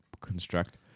construct